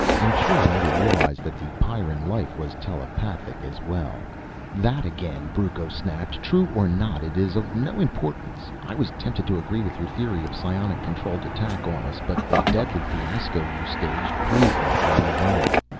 i'm sure they never realized that the pyrran life was telepathic as well that again! brucco snapped. true or not, it is of no importance. i was tempted to agree with your theory of psionic-controlled attack on us, but the deadly fiasco you staged proved that theory wrong.